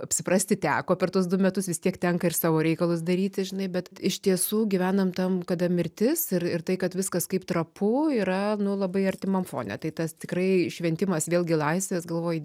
apsiprasti teko per tuos du metus vis tiek tenka ir savo reikalus daryti žinai bet iš tiesų gyvenam tam kada mirtis ir ir tai kad viskas kaip trapu yra labai artimam fone tai tas tikrai šventimas vėlgi laisvės galvoji